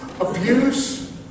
abuse